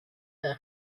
their